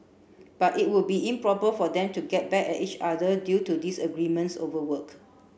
but it would be improper for them to get back at each other due to disagreements over work